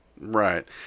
Right